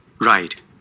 right